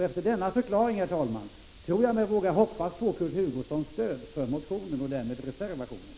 Efter denna förklaring, herr talman, tror jag mig kunna hoppas på Kurt Hugossons stöd för motionen och därmed för reservationen.